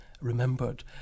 remembered